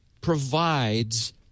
provides